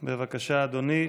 בבקשה, אדוני.